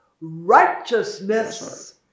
righteousness